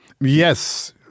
Yes